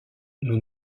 nous